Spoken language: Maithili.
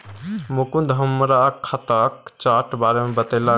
मुकुंद हमरा खाताक चार्ट बारे मे बतेलक